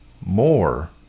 more